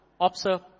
observe